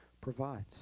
provides